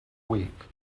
week